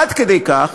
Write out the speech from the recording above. עד כדי כך